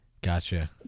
Gotcha